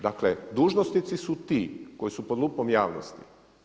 Dakle dužnosnici su ti koji su pod lupom javnosti.